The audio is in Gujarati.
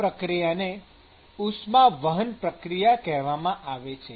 આ પ્રક્રિયાને ઉષ્માવહન પ્રક્રિયા કહવામાં આવે છે